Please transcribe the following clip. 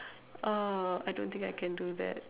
uh I don't think I can do that